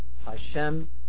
Hashem